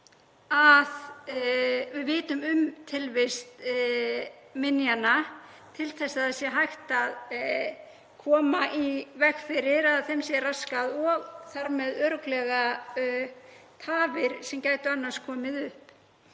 að við vitum um tilvist minjanna til að hægt sé að koma í veg fyrir að þeim sé raskað og þar með örugglega þær tafir sem gætu annars komið upp.